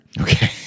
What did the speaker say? Okay